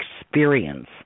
experience